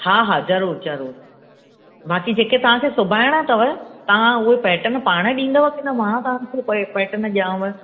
हा हा ज़रूरु ज़रूरु बाक़ी जेके तव्हांखे सुबइणा अथव तव्हां उहे पेटर्न पाण ॾींदव किन मां तव्हांखे पे पेटर्न ॾियांव